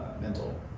mental